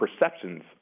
perceptions